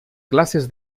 classes